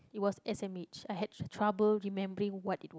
it was s_m_h I had trouble remembering what it